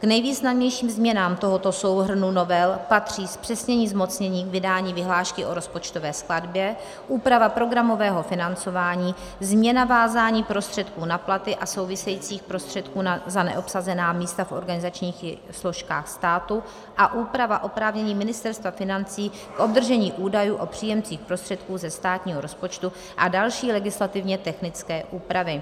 K nejvýznamnějším změnám tohoto souhrnu novel patří zpřesnění zmocnění k vydání vyhlášky o rozpočtové skladbě, úprava programového financování, změna vázání prostředků na platy a souvisejících prostředků za neobsazená místa v organizačních složkách státu a úprava oprávnění Ministerstva financí k obdržení údajů o příjemcích prostředků ze státního rozpočtu a další legislativně technické úpravy.